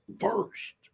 first